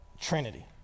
Trinity